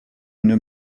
une